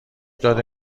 داده